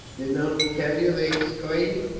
didn't uncle tell you? they exclaimed.